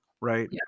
right